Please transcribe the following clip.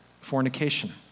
fornication